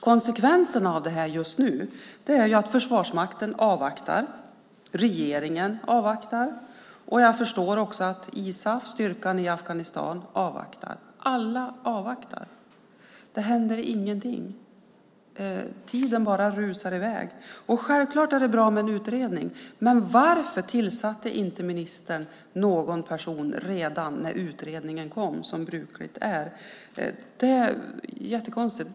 Konsekvenserna av det här just nu är att Försvarsmakten avvaktar. Regeringen avvaktar. Jag förstår också att ISAF, styrkan i Afghanistan, avvaktar. Alla avvaktar. Det händer ingenting. Tiden bara rusar i väg. Självklart är det bra med en utredning. Men varför tillsatte inte ministern någon person redan när utredningen kom som brukligt är? Det är jättekonstigt.